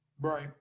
right